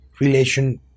relation